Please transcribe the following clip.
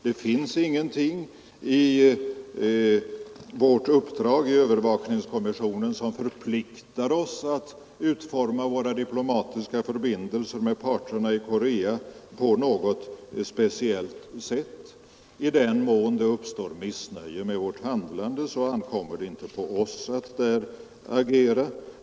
Det finns ingenting i vårt uppdrag inom övervakningskommissionen som förpliktar oss att utforma våra diplomatiska förbindelser med parterna i Korea på något speciellt sätt. I den mån det uppstår missnöje med vårt handlande ankommer det inte på oss att agera.